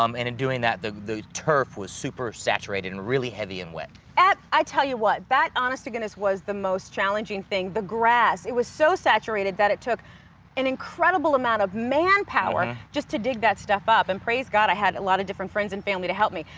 um and in doing that, the the turf was super saturated and really heavy and wet. i tell you what. that, honest to goodness, was the most challenging thing. the grass. it was so saturated that it took an incredible amount of manpower just to dig that stuff up and praise god i had a lot of different friends and family to help me.